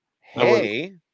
hey